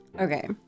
Okay